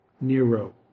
Nero